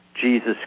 Jesus